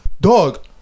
Dog